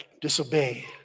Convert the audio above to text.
disobey